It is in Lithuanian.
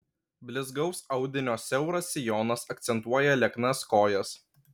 blizgaus audinio siauras sijonas akcentuoja lieknas kojas